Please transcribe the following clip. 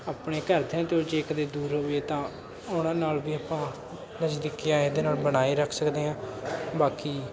ਆਪਣੇ ਘਰਦਿਆਂ ਤੋਂ ਜੇ ਕਦੇ ਦੂਰ ਹੋਈਏ ਤਾਂ ਉਹਨਾਂ ਨਾਲ ਵੀ ਆਪਾਂ ਨਜ਼ਦੀਕੀਆਂ ਇਹਦੇ ਨਾਲ ਬਣਾਏ ਰੱਖ ਸਕਦੇ ਹਾਂ ਬਾਕੀ